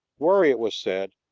were, it was said,